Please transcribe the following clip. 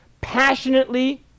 passionately